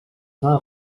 rhin